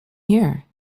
here